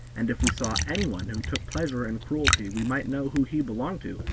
and if we saw any one who took pleasure in cruelty we might know who he belonged to,